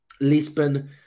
Lisbon